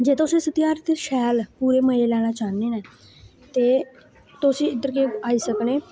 जे तुस इस ध्यार ते शैल पूरे मज़े लैना चाह्न्ने न ते तुस इद्धर केह् आई सकने